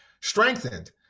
strengthened